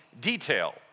detail